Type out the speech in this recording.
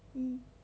mm